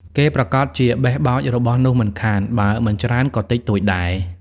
គេប្រាកដជាបេះបោចរបស់នោះមិនខាន បើមិនច្រើនក៏តិចតួចដែរ ។